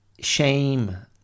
shame